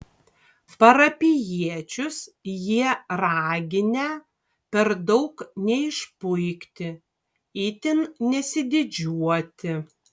parapijiečius jie raginę per daug neišpuikti itin nesididžiuoti